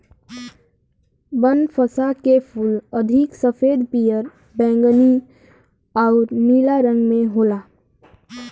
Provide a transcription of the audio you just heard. बनफशा के फूल अधिक सफ़ेद, पियर, बैगनी आउर नीला रंग में होला